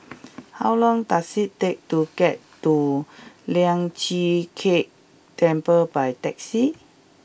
how long does it take to get to Lian Chee Kek Temple by taxi